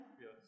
Yes